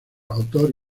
autor